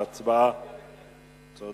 אפשר להצביע בקריאה שלישית.